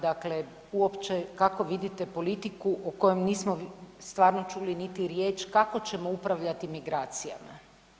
Dakle uopće kako vidite politiku o kojoj nismo stvarno čuli niti riječ kako ćemo upravljati migracijama?